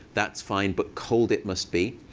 that's fine, but cold it must be.